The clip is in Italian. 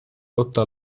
lotta